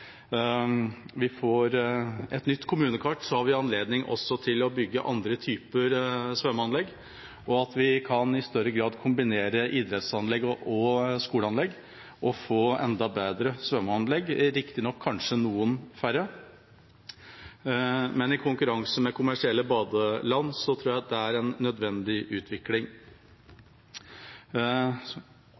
får et nytt kommunekart, også har anledning til å bygge andre typer svømmeanlegg, og at vi i større grad kan kombinere idrettsanlegg og skoleanlegg og få enda bedre svømmeanlegg. Riktignok vil det kanskje bli noen færre, men i konkurranse med kommersielle badeland tror jeg det er en nødvendig utvikling.